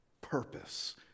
purpose